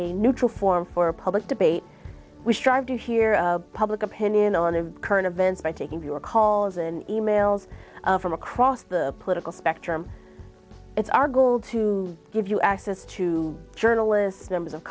a neutral forum for public debate we strive to hear public opinion on the current events by taking your calls and e mails from across the political spectrum it's our goal to give you access to journalists members of